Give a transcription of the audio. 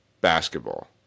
basketball